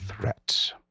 threat